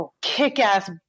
kick-ass